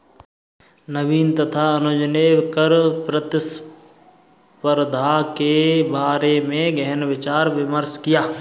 नवीन तथा अनुज ने कर प्रतिस्पर्धा के बारे में गहन विचार विमर्श किया